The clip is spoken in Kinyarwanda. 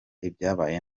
ibyabaye